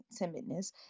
timidness